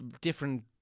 different